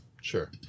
sure